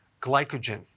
glycogen